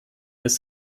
ist